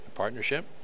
partnership